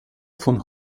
von